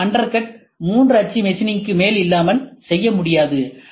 இங்குள்ள அண்டர்கட் மூன்று அச்சு மெஷினிங்க்கு மேல் இல்லாமல் செய்ய முடியாது